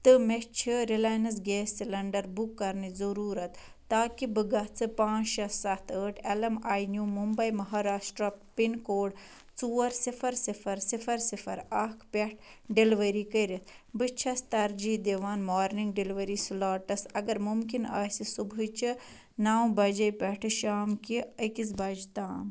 تہٕ مےٚ چھِ رِلاینٕس گیس سِلیٚنٛڈر بُک کرنٕچ ضُروٗرت تاکہِ بہٕ گَژھہٕ پانٛژھ شےٚ سَتھ ٲٹھ L M A new Mumbai Maharashtra pin code ژور صِفر صِفر صِفر صِفر اکھ پٮ۪ٹھ ڈیٚلؤری کٔرِتھ بہٕ چھیٚس ترجیٖح دِوان مارنِنٛگ ڈیٚلؤری سُلاٹس اگر مُمکِن آسہِ صُبحٕچہِ نَو بجے پٮ۪ٹھ شامہٕ کہِ أکِس بجہِ تام